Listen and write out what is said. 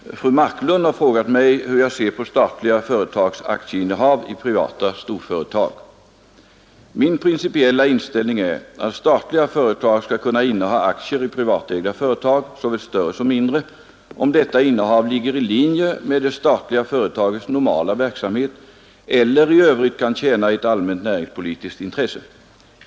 Herr talman! Fru Marklund har frågat mig hur jag ser på statliga företags aktieinnehav i privata storföretag. Min principiella inställning är att statliga företag skall kunna inneha aktier i privatägda företag, såväl större som mindre, om detta innehav ligger i linje med det statliga företagets normala verksamhet eller i övrigt kan tjäna ett allmänt näringspolitiskt intresse.